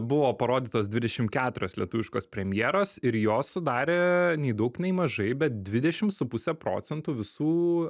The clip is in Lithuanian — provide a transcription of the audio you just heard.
buvo parodytos dvidešim keturios lietuviškos premjeros ir jos sudarė nei daug nei mažai bet dvidešim su puse procentų visų